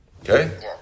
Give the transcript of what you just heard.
Okay